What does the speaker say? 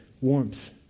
warmth